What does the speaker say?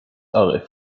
are